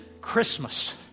Christmas